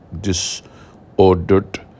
disordered